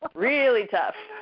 really tough.